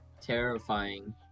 terrifying